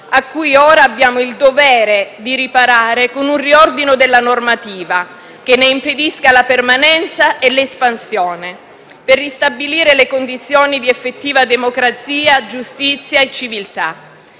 a cui ora abbiamo il dovere di riparare con un riordino della normativa, che ne impedisca la permanenza e l'espansione, per ristabilire condizioni di effettiva democrazia, giustizia e civiltà.